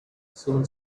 soon